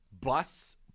bus